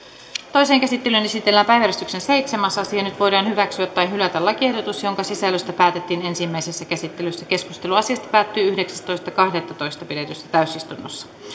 toiseen käsittelyyn esitellään päiväjärjestyksen seitsemäs asia nyt voidaan hyväksyä tai hylätä lakiehdotus jonka sisällöstä päätettiin ensimmäisessä käsittelyssä keskustelu asiasta päättyi yhdeksästoista kahdettatoista kaksituhattakuusitoista pidetyssä täysistunnossa